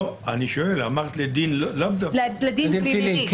לדין פלילי.